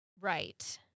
Right